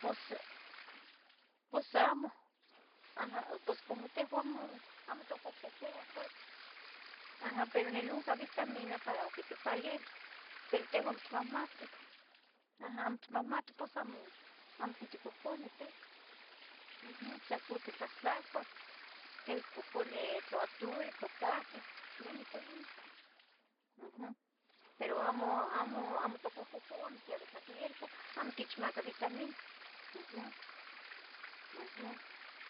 Bueno, quiemah, naha namechonilbis, tehua to, to, techmachtihqueh nochi tli tiquihitah, quemeh ivitlah opanoc ipan no, nochontepan nepa ipa nopueblo Tetelcingo, quisa cayonexteh, xionteucomeh, ino apuches, nochi ino ibitz de mixihcu de los mexi, de los mexicas otechcabilihqueh y tlamachtu, tlamachtili de yehua, entonces tehua tictzicohqueh outz miac cosi, miac tli yehua quehcotihqueh tehua tictzicohqueh, ua tehua itbicatzqueh horita, bueno tic aveces quemeh tehua ti, tichiuah noihqui quemeh yehua quichiuah, la mejor acmo lo mi, acmo yegual pero, ticchiulea tehua lo me tle cachi to, tipopodidebeh, pero tehua itnequih amo mapoolibeh ino, ino tlamachtili, tli techcabihtehqueh nochi to, to, togiente tli onenqueh quichiba miac xibitl tli yopanoc.